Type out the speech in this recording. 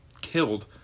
killed